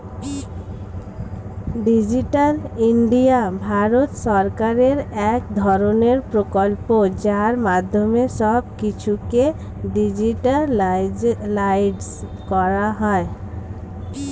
digital India Bharat সরকারের এক ধরণের প্রকল্প যার মাধ্যমে সব কিছুকে ডিজিটালাইসড করা হয়